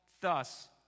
thus